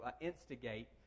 instigate